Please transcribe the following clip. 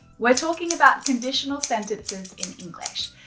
we're talking about conditional sentences in english.